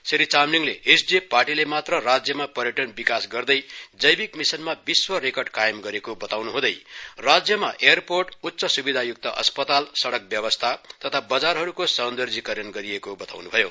श्री चामलिङले एसडिएफ पार्टीले मात्र राज्यमा पर्यटन विकास गर्दै जैविक मिशनमा विश्वरेर्कड कायम गरेको बताउनुह्दै राज्यमा एंयरपोर्ट उच्च सुविधायुक्त अस्पताल सड़क व्यवस्था तथा बजारहरूको सौन्दरीयकरण गरिएको बताउनुभयो